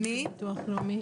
למונשמים,